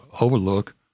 Overlook